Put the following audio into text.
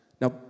Now